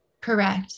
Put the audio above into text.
Correct